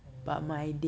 orh